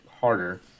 harder